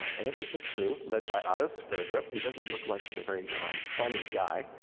and this is the crew led by otto sverdrup, he doesn't look like he's a very funny guy,